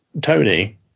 tony